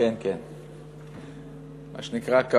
מה שנקרא,